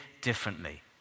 differently